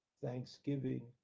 thanksgiving